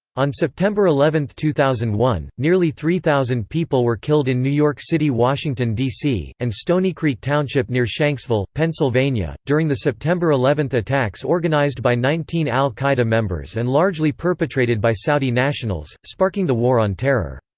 on september eleven, two thousand and one, nearly three thousand people were killed in new york city, washington, dc, and stonycreek township near shanksville, pennsylvania, during the september eleven attacks organized by nineteen al-qaeda members and largely perpetrated by saudi nationals, sparking the war on terror.